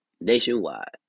Nationwide